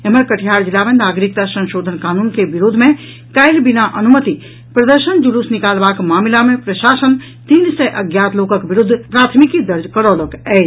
एम्हर कटिहार जिला मे नागरिकता संशोधन कानून के विरोध मे काल्हि बिना अनुमति प्रदर्शन जुलूस निकालबाक मामिला मे प्रशासन तीन सय अज्ञात लोकक विरूद्ध प्राथमिकी दर्ज करौलक अछि